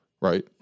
right